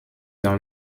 dans